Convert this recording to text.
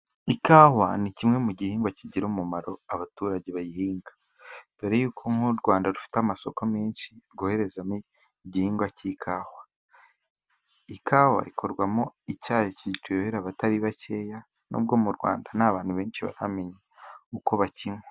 Ikawa ni kimwe mu gihingwa kigirira umumaro abaturage bayihinga, dore yuko nk'u Rwanda rufite amasoko menshi rwoherezamo igihingwa cy'ikawa. Ikawa ikorwamo icyayi kiryohera abatari bakeya, nubwo mu Rwanda nta bantu benshi baramenye uko bakinwa.